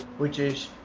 which is,